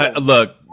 Look